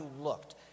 looked